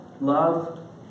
love